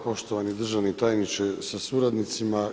Poštovani državni tajniče sa suradnicima.